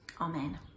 Amen